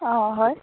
অঁ হয়